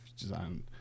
design